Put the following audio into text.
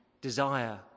desire